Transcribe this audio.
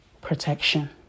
protection